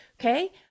Okay